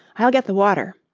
i'll get the water,